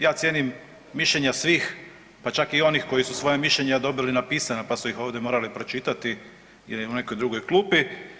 Ja cijenim mišljenja svih, pa čak i onih koja su svoja mišljenja dobili napisana, pa su ih ovdje morali pročitati ili u nekoj drugoj klupi.